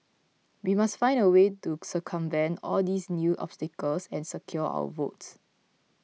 we must find a way to circumvent all these new obstacles and secure our votes